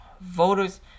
Voters